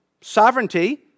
sovereignty